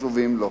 חשובים לו,